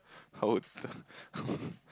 how old